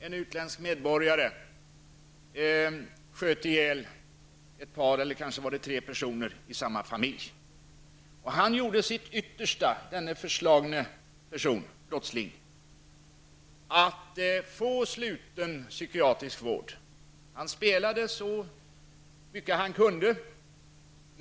En utländsk medborgare sköt ihjäl ett par, kanske det var tre, personer i samma familj. Denne förslagne brottsling gjorde sitt yttersta för att få sluten psykiatrisk vård. Han spelade så mycket han kunde.